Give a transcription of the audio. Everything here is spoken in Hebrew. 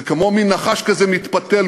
זה כמו מין נחש כזה מתפתל,